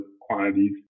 quantities